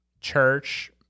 church